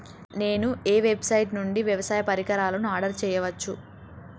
నేను ఏ వెబ్సైట్ నుండి వ్యవసాయ పరికరాలను ఆర్డర్ చేయవచ్చు?